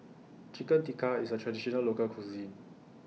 Chicken Tikka IS A Traditional Local Cuisine